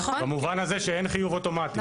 במובן הזה שאין חיוב אוטומטי.